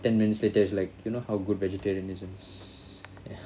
ten minutes later he's like you know how good vegetarianism is